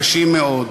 קשים מאוד.